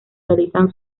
realizan